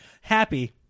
Happy